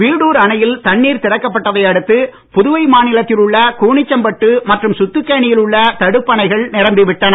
வீடூர் அணையில் தண்ணீர் திறக்கப்பட்டதை அடுத்து புதுவை மாநிலத்தில் உள்ள கூனிச்சம்பட்டு மற்றும் சுத்துக்கேணியில் உள்ள தடுப்பணைகள் நிரம்பி விட்டன